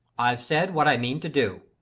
i've said what i mean to do.